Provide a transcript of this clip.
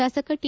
ಶಾಸಕ ಟಿ